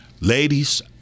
ladies